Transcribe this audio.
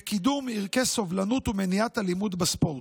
קידום ערכי סובלנות ומניעת אלימות בספורט.